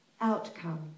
outcome